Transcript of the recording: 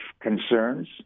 concerns